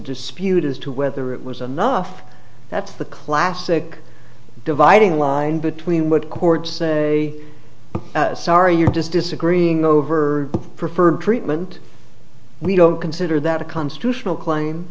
dispute as to whether it was enough that's the classic dividing line between what courts say sorry you're just disagreeing over preferred treatment we don't consider that a constitutional claim